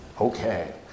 Okay